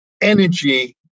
energy